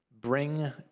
bring